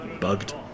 bugged